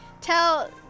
tell